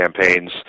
campaigns